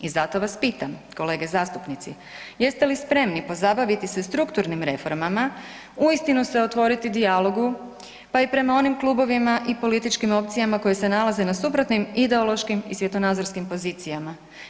I zato vas pitam kolege zastupnici, jeste li spremni pozabaviti se strukturnim reformama, uistinu se otvoriti dijalogu pa i prema onim klubovima i političkim opcijama koji se nalaze na suprotnim ideološkim i svjetonazorskim pozicijama?